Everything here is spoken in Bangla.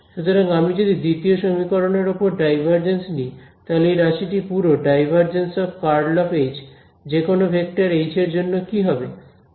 সুতরাং আমি যদি দ্বিতীয় সমীকরণের উপর ডাইভারজেন্স নিই তাহলে এই রাশিটি পুরো ∇∇× H যেকোনো ভেক্টর H এর জন্য কি হবে